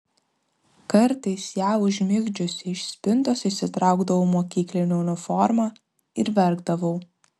kartais ją užmigdžiusi iš spintos išsitraukdavau mokyklinę uniformą ir verkdavau